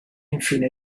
infine